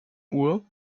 uhr